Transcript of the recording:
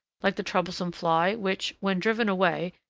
like the troublesome fly which, when driven away,